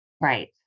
Right